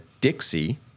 Dixie